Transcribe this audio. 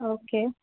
okay